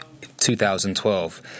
2012